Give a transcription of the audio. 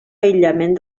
aïllament